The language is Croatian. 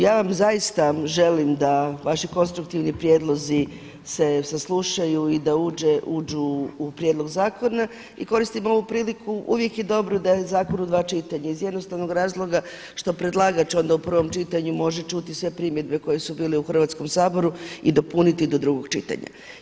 Ja vam zaista želim da vaši konstruktivni prijedlozi se saslušaju i da uđu u prijedlog zakona i koristim ovu priliku, uvijek je dobro da je zakon u dva čitanja iz jednostavnog razloga što predlagač onda u prvom čitanju može čuti sve primjedbe koje su bile u Hrvatskom saboru i dopuniti do drugog čitanja.